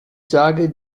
sage